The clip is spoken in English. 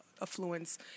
affluence